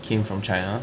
came from china